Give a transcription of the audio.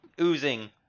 oozing